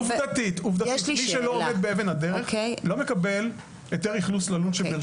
עומד באבן הדרך לא מקבל היתר אכלוס ללול שברשותו.